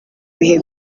bihe